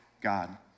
God